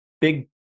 big